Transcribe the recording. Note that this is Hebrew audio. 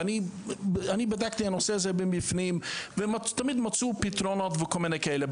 ואני בדקתי את הנושא הזה מבפנים ותמיד מצאו פתרונות וכל מיני כאלה,